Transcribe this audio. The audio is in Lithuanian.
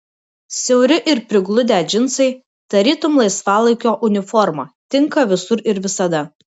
siauri ir prigludę džinsai tarytum laisvalaikio uniforma tinka visur ir visada